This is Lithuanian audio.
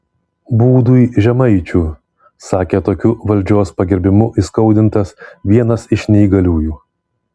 būdui žemaičių sakė tokiu valdžios pagerbimu įskaudintas vienas iš neįgaliųjų